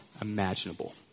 imaginable